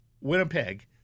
Winnipeg